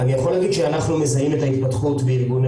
אני יכול להגיד שאנחנו מזהים את ההתפתחות בארגוני